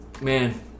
man